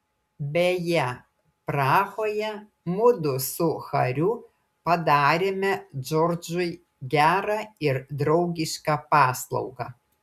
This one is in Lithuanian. beje prahoje mudu su hariu padarėme džordžui gerą ir draugišką paslaugą